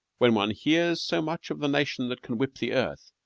when one hears so much of the nation that can whip the earth,